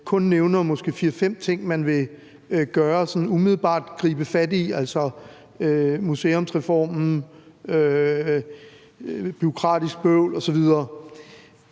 kun nævner måske fire-fem ting, man sådan umiddelbart vil gribe fat i, altså museumsreformen, bureaukratisk bøvl osv.